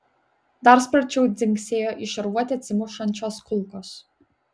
dar sparčiau dzingsėjo į šarvuotį atsimušančios kulkos